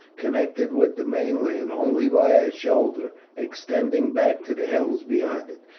connected with the mainland only by a shoulder extending back to the hills beyond it,